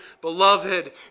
Beloved